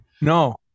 no